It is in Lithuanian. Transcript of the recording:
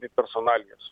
tai personalijos